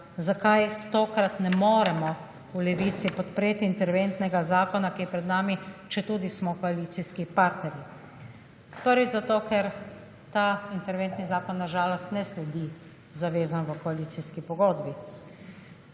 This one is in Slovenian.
zakaj tokrat ne moremo v Levici podpreti interventnega zakona, ki je pred nam, četudi smo koalicijski partnerji. Prvič zato, ker ta interventni zakon na žalost ne sledi zavezam v koalicijski pogodbi.